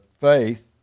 faith